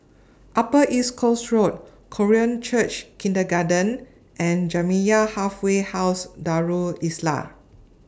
Upper East Coast Road Korean Church Kindergarten and Jamiyah Halfway House Darul Islah